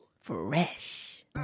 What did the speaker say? Fresh